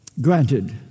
Granted